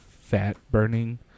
fat-burning